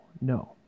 No